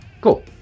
Cool